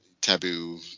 taboo